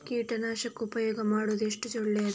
ಕೀಟನಾಶಕ ಉಪಯೋಗ ಮಾಡುವುದು ಎಷ್ಟು ಒಳ್ಳೆಯದು?